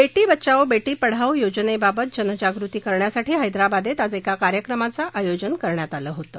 बेटी बचाओ बेटी पढाओ योजनेबाबत जनजागृती करण्यासाठी हैदराबादेत आज एका कार्यक्रमाचं आयोजन करण्यात आलं होतं